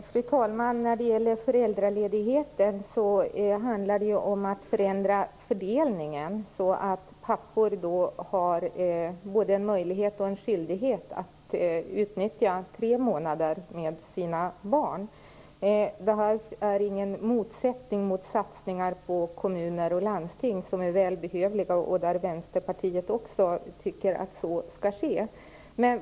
Fru talman! När det gäller föräldraledigheten handlar det ju om att förändra fördelningen så att pappor har både en möjlighet och en skyldighet att utnyttja tre månader med sina barn. Det innebär ingen motsättning mot satsningar på kommuner och landsting. De är välbehövliga, och Vänsterpartiet tycker också att de skall genomföras.